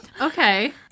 Okay